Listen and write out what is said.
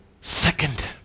second